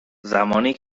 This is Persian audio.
زمانی